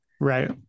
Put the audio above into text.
right